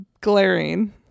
glaring